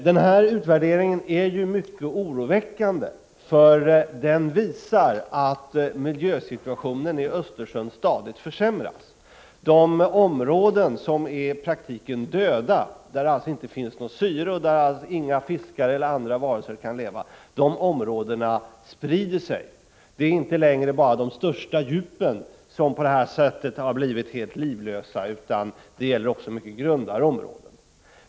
Den här utvärderingen är mycket oroväckande, för den visar att miljösituationen i Östersjön stadigt försämras. De områden som i praktiken är döda, där det alltså inte finns syre och inga fiskar eller andra varelser kan leva, sprider sig. Det är inte längre bara de stora djupen som på det här viset blivit helt livlösa, utan det är också mycket grundare områden.